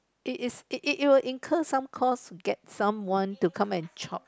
it is it it will incur some cost get someone to come and chop